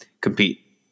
compete